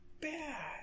bad